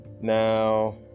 Now